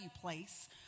place